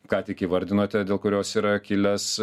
ką tik įvardinote dėl kurios yra kilęs